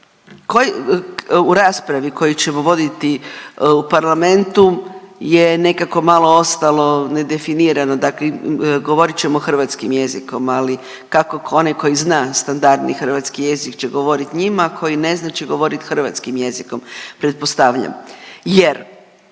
u raspravi koju ćemo voditi u parlamentu je nekako malo ostalo nedefinirano, dakle govorit ćemo hrvatskim jezikom, ali kako onaj tko zna standardni hrvatski jezik će govorit njime, a koji ne zna će govorit hrvatskim jezikom pretpostavljam, jer